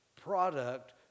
product